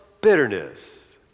bitterness